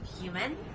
human